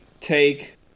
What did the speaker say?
take